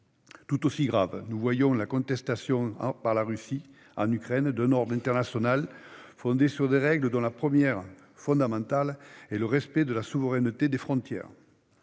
Tout aussi grave, nous voyons la contestation, par la Russie en Ukraine, d'un ordre international fondé sur des règles, dont la première, fondamentale, est le respect de la souveraineté des frontières.